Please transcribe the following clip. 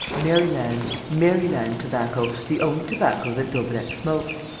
maryland, maryland tobacco, the only tobacco that daubrecq smokes.